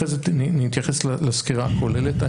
אחרי זה נתייחס לסקירה הכוללת.